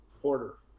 Porter